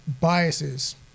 biases